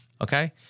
Okay